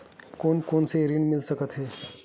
कोन कोन से ऋण मिल सकत हे?